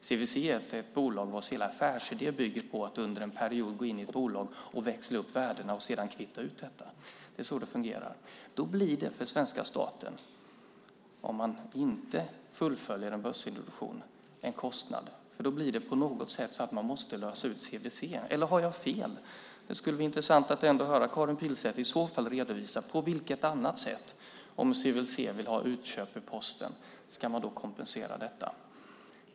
CVC är ett bolag vars hela affärsidé bygger på att under en period gå in i ett bolag och växla upp värdena för att sedan kvitta ut detta. Det är så det fungerar. Då blir det en kostnad för svenska staten om man inte fullföljer en börsintroduktion eftersom man på något sätt måste lösa ut CVC. Eller har jag fel? Det skulle vara intressant att ändå höra Karin Pilsäter i så fall redovisa på vilket annat sätt, om CVC vill ha utköp ur Posten, man då ska kompensera detta?